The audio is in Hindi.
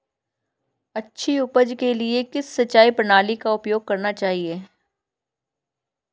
अच्छी उपज के लिए किस सिंचाई प्रणाली का उपयोग करना चाहिए?